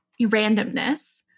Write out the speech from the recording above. randomness